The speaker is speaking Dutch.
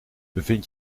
bevind